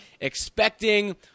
expecting